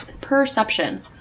perception